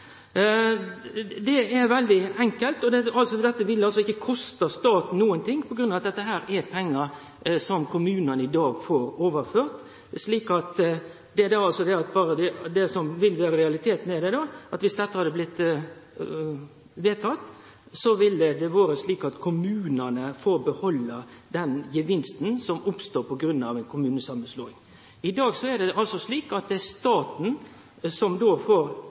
Det er veldig enkelt, og dette vil altså ikkje koste staten noko, fordi dette er pengar som kommunane i dag får overført. Det som vil vere realiteten om dette blir vedteke, er at kommunane får behalde den gevinsten som oppstår på grunn av ei kommunesamanslåing. I dag er det slik at det er staten som får reduserte utgifter når kommunar slår seg saman. Fordi småkommunetilskottet og basistilskottet fell bort, blir det mindre å overføre til kommunane, mens kommunane får